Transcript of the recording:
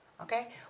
okay